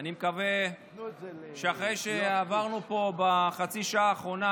אני מקווה שאחרי מה שעברנו פה בחצי שעה האחרונה,